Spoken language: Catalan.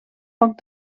poc